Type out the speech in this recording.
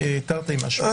תרתי-משמע.